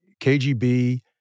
KGB